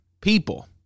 people